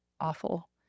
awful